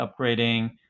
upgrading